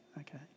okay